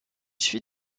suit